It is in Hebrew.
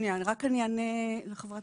אענה לחברת